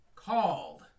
called